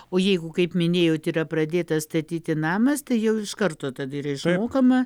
o jeigu kaip minėjot yra pradėtas statyti namas tai jau iš karto ta diriža mokama